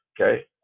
Okay